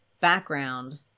background